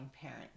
parent